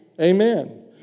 Amen